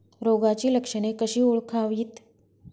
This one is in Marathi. रोगाची लक्षणे कशी ओळखावीत?